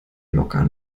locker